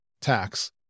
tax